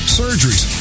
surgeries